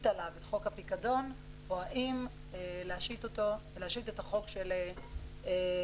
עליו את חוק הפיקדון או האם להשית את החוק של האריזות